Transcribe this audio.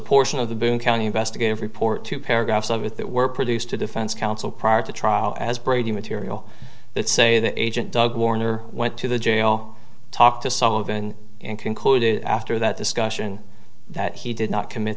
portion of the boone county investigative report two paragraphs of it that were produced to defense counsel prior to trial as brady material let's say the agent doug warner went to the jail talked to some of and concluded after that discussion that he did not commit